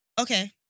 Okay